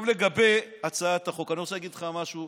לגבי הצעת החוק, אני רוצה להגיד לך משהו,